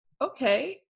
Okay